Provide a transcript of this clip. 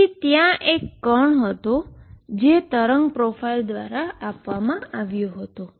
તેથી ત્યાં આ એક પાર્ટીક હતો જે વેવની પ્રોફાઈલ દ્વારા આપવામાં આવ્યો હતો